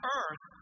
earth